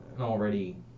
already